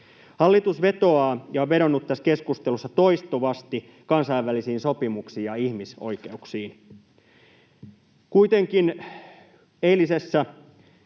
Hallitus vetoaa, ja on vedonnut tässä keskustelussa toistuvasti, kansainvälisiin sopimuksiin ja ihmisoikeuksiin. Kuitenkin eilisessä